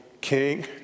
King